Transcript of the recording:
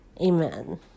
Amen